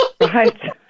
right